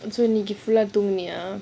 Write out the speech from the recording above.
ஆ மா:aama